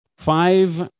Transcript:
Five